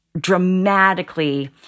dramatically